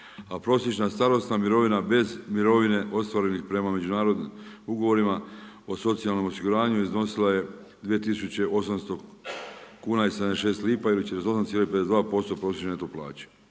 a prosječna starosna mirovina bez mirovine ostvarenih prema međunarodnim ugovorima o socijalnom osiguranju, iznosila je 2800 kuna i 76 lipa ili 48,52% prosječne neto plaće.